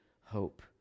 hope